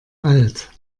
alt